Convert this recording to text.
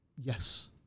Yes